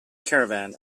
caravan